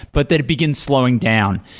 but that it begin slowing down.